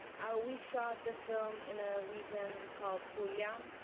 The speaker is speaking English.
ah we shot the film in a region called puglia,